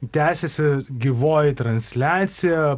tęsiasi gyvoji transliacija